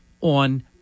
on